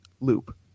loop